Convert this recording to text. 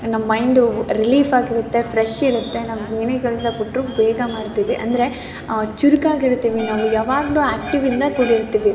ನಮ್ಮ ಮೈಂಡು ರಿಲೀಫಾಗಿರುತ್ತೆ ಫ್ರೆಶ್ ಇರುತ್ತೆ ನಾವು ಏನೇ ಕೆಲಸ ಕೊಟ್ರೂ ಬೇಗ ಮಾಡ್ತೀವಿ ಅಂದರೆ ಚುರುಕಾಗಿರ್ತೀವಿ ನಾವು ಯಾವಾಗಲೂ ಆ್ಯಕ್ಟಿವಿಂದ ಕೂಡಿರ್ತೀವಿ